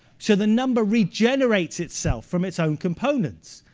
so the number regenerates itself from its own components.